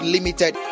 Limited